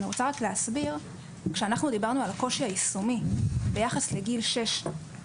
אני רוצה להסביר שכאשר אנחנו דיברנו על הקושי היישומי ביחס לגיל שש,